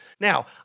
Now